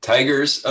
Tigers